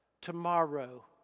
Tomorrow